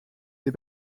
des